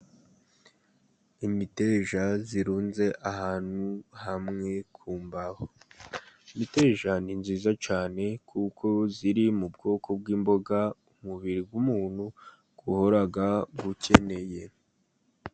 Imiteja irunze ahantu hamwe ku mbaho, imiteja ni myiza cyane, kuko iri mu bwoko bw'imboga umubiri w'umuntu uhora ukeneye.